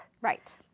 Right